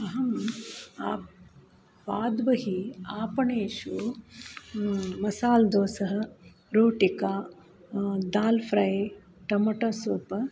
अहम् आप् भवद्भिः आपणेषु मसाल्दोसः रोटिका दाल् फ़्रै टमोटो सूप्